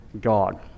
God